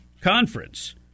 Conference